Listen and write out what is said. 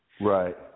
Right